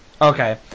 Okay